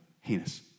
Heinous